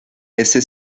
este